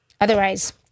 Otherwise